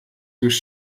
już